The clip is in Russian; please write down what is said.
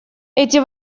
эти